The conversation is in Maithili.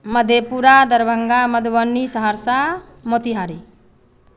मधेपुरा दरभंगा मधुबनी सहरसा मोतिहारी